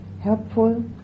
helpful